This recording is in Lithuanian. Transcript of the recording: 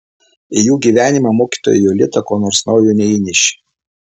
į jų gyvenimą mokytoja jolita ko nors naujo neįnešė